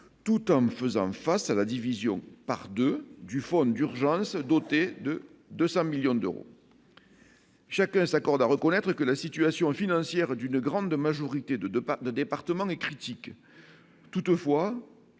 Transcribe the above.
tout en me faisant face à la division par 2 du fonds d'urgence doté de 200 millions d'euros. Chacun s'accorde à reconnaître que la situation financière d'une grande majorité de de pas de départements, les critiques toutefois